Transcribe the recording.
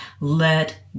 let